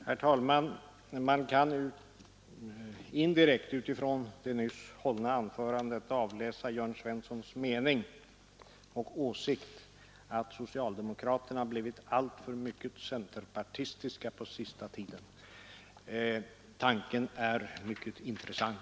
Herr talman! Man kan indirekt från det nyss hållna anförandet avläsa Jörn Svenssons mening och åsikt om att socialdemokraterna blivit alltför centerpartistiska på sista tiden. Tanken är mycket intressant.